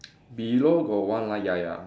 below got one line ya ya